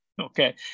Okay